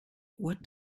what